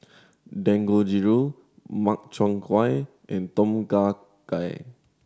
Dangojiru Makchang Gui and Tom Kha Gai